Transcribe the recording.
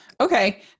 Okay